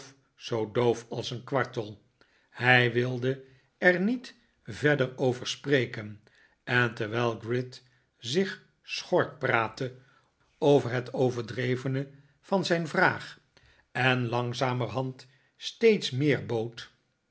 zoo doof als een kwartel hij wilde er niet verder over spreken en terwijl gride zich schor praatte over het overdrevene van zijn vraag en langzamerhand steeds meer bood